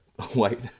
white